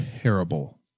Terrible